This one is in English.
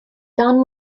don